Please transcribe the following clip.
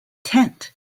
tent